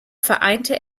vereinte